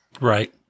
Right